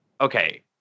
okay